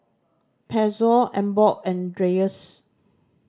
Pezzo Emborg and Dreyers